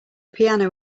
piano